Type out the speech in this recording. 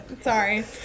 sorry